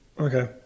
Okay